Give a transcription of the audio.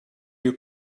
you